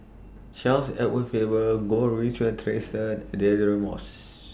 Charles Edward Faber Goh Rui Si Theresa Deirdre Moss